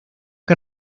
que